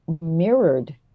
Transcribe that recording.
mirrored